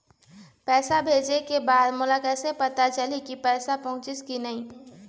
पैसा भेजे के बाद मोला कैसे पता चलही की पैसा पहुंचिस कि नहीं?